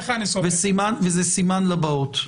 וזה סימן לבאות.